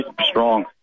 strong